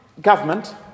government